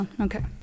Okay